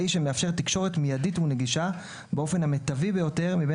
מיידית ונגישה באופן המיטבי ביותר מבין